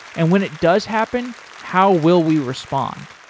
and when it does happen, how will we respond?